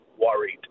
worried